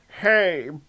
Hey